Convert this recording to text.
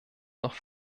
noch